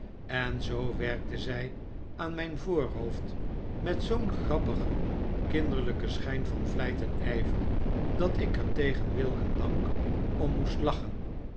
en zoo werkte zij aan mijn voorhoofd met zoo'n grappigen kinderlijken schijn van vlijt en ijver dat ik er tegen wil en dank om moest lachen